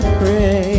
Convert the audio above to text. pray